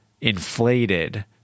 inflated